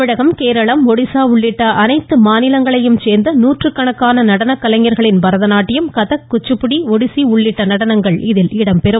தமிழகம் கேரளம் ஒடிசா உள்ளிட்ட அனைத்து மாநிலங்களையும் சோ்ந்த நூற்றுக்கணக்கான நடனக்கலைஞர்களின் பரதநாட்டியம் கதக் குச்சுப்புடி ஒடிசி உள்ளிட்ட நடனங்கள் இதில் இடம்பெறும்